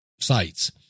sites